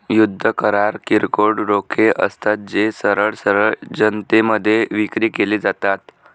युद्ध करार किरकोळ रोखे असतात, जे सरळ सरळ जनतेमध्ये विक्री केले जातात